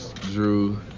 Drew